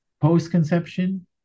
post-conception